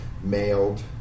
mailed